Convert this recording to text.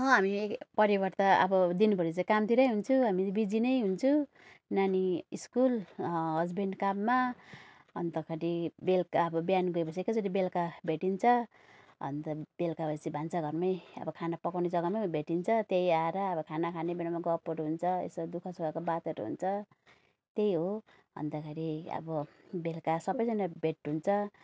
अब हामी परिवार त अब दिनभरी चाहिँ कामतिरै हुन्छौँ हामी बिजी नै हुन्छु नानी स्कुल हसबेन्ड काममा अन्तखेरि बेलुका अब बिहान गएपछि एकैचोटि बेल्का भेटिन्छ अन्त बेलुका भएपछि भान्साघरमै अब खाना पकाउने जग्गामै भेटिन्छ त्यहीँ आएर अब खाना खाने बेलामा गफहरू हुन्छ यसो दुखः सुखको बातहरू हुन्छ त्यही हो अन्तखेरि अब बेलुका सबैजना भेट हुन्छ